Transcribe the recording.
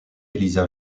elisa